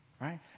right